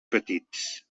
petits